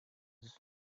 just